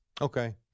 Okay